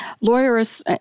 Lawyers